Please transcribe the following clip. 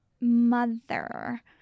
mother